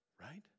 Right